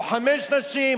או חמש נשים,